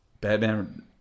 Batman